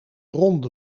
ronde